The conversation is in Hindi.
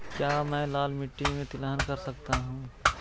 क्या मैं लाल मिट्टी में तिलहन कर सकता हूँ?